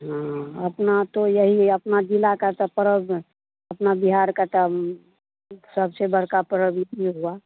हाँ अपना तो यही अपने ज़िले के तो पर्व अपने बिहार के तो सबसे बड़का पर्व यही हुआ